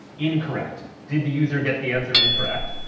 incorrect. did the user get the answer incorrect?